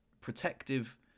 protective